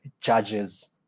judges